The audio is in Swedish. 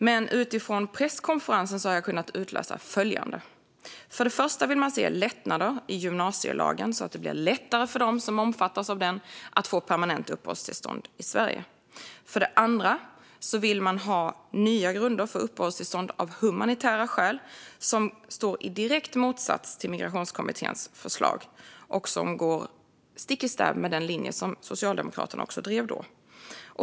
Men utifrån presskonferensen har jag kunnat utläsa följande: För det första vill man se lättnader i gymnasielagen, så att det blir lättare för dem som omfattas av den att få permanenta uppehållstillstånd i Sverige. För det andra vill man ha nya grunder för uppehållstillstånd av humanitära skäl som står i direkt motsats till Migrationskommitténs förslag och som går stick i stäv med den linje som Socialdemokraterna också drev då.